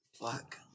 Fuck